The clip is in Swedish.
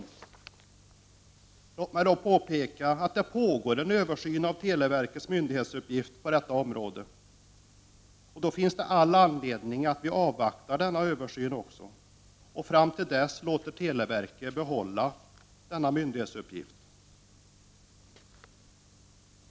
Låt mig peka på att det pågår nu en översyn av televerkets myndighetsuppgift på detta område, och då finns det all anledning att avvakta denna översyn, och fram tills dess låta televerket behålla denna myndighetsuppgift.